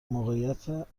موقعیت